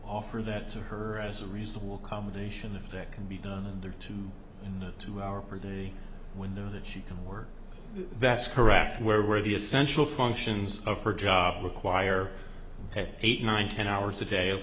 offer that to her as a reasonable accommodation effect can be done and they're too in that two hour per day window that she can work that's correct where where the essential functions of her job require eight nine ten hours a day of